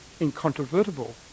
incontrovertible